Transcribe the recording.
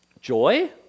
Joy